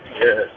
Yes